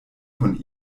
von